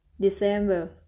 December